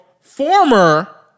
former